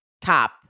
top